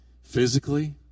Physically